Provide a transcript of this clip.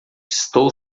estou